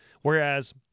Whereas